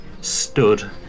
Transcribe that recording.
stood